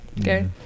Okay